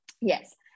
yes